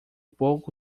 pouco